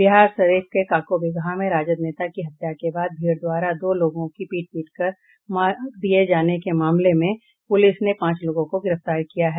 बिहारशरीफ के काको बिगहा में राजद नेता की हत्या के बाद भीड़ द्वारा दो लोगों की पीट पीट कर मार दिये जाने के मामले में पुलिस ने पांच लोगों को गिरफ्तार किया है